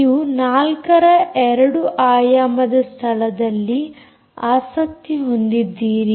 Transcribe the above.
ನೀವು 4ರ 2 ಆಯಾಮದ ಸ್ಥಳದಲ್ಲಿ ಆಸಕ್ತಿ ಹೊಂದಿದ್ದೀರಿ